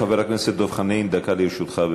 חבר הכנסת דב חנין, דקה לרשותך.